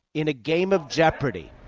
in a game of jeopardy.